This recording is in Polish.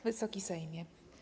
Wysoki Sejmie!